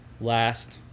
last